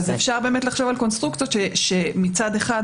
אפשר באמת לחשוב על קונסטרוקציות שמצד אחד